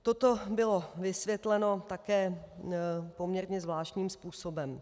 Toto bylo vysvětleno také poměrně zvláštním způsobem.